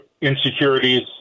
insecurities